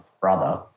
brother